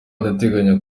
ndateganya